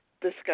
discuss